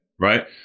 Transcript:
right